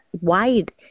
wide